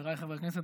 חבריי חברי הכנסת,